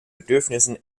bedürfnissen